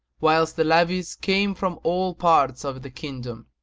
whilst the levies came from all parts of the kingdom